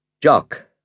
Jock